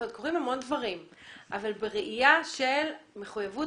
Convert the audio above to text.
קורים המון דברים אבל בראייה של מחויבות